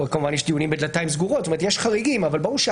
עורך הדין ישי שרון מהסנגוריה